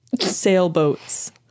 sailboats